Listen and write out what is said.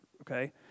okay